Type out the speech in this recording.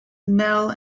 mel